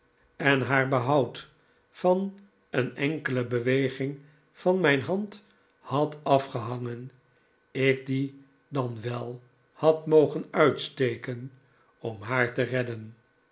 en haar behoud van een ehkele beweging van mijn hand had afgehangen ik die dan wel had mogen uitsteken om haar te redderi